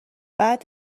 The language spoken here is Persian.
بعد